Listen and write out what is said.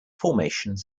formations